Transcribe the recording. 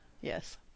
Yes